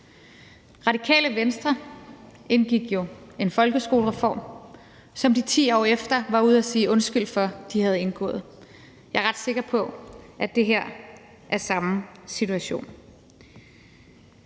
Radikale Venstre indgik jo en folkeskolereform, som de 10 år efter var ude at sige undskyld for at de havde indgået. Jeg er ret sikker på, at det her er den samme situation.